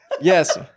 Yes